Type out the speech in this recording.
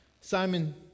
Simon